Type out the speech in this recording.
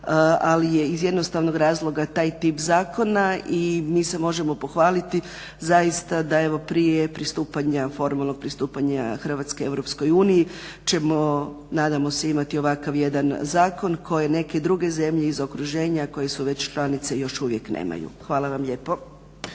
ali je iz jednostavnog razloga taj tip zakona i mi se možemo pohvaliti zaista da evo prije pristupanja, formalnog pristupanja Hrvatske EU ćemo imati nadam se jedan ovakav zakon koje neke druge zemlje iz okruženja koje su već članice još uvijek nemaju. Hvala vam lijepo.